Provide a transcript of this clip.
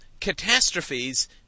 catastrophes